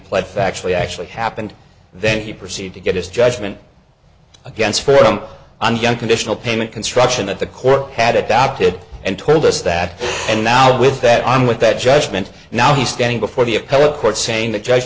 pled factually actually happened then he proceed to get his judgment against freedom and young conditional payment construction that the court had adopted and told us that and now with that on with that judgement now he's standing before the appellate court saying the judge